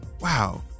Wow